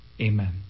Amen